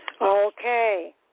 Okay